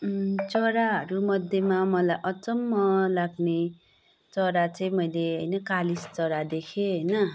चराहरूमध्येमा मलाई अचम्म लाग्ने चरा चाहिँ मैले होइन कालिज चाहिँ देखेँ होइन